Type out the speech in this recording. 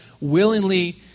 willingly